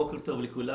בוקר טוב לכולם.